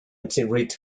returned